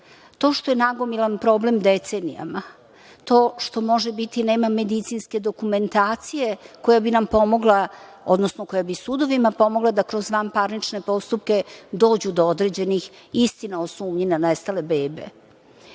To što je nagomilan problem decenijama, to što može biti nema medicinske dokumentacije koja bi nam pomogla, odnosno koja bi sudovima pomogla da kroz vanparnične postupke dođu do određenih istina o sumnji na nestale bebe,